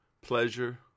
pleasure